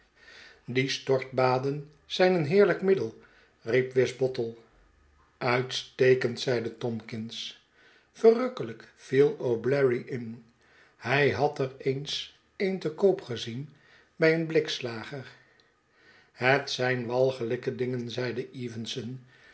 die stortbaden zijn een heerlijk middel i riep wisbottle uitstekend i zeide tomkins verrukkelijk t viel o'bleary in hy had er eens een te koop gezien bij een blikslager het zijn walgelijke dingen zeide evenson